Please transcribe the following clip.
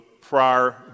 prior